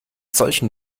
solchen